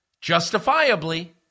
justifiably